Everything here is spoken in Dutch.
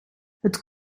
het